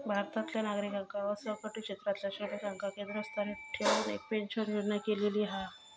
भारतातल्या नागरिकांका असंघटीत क्षेत्रातल्या श्रमिकांका केंद्रस्थानी ठेऊन एक पेंशन योजना केलेली हा